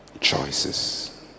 choices